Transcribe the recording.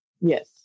Yes